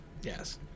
Yes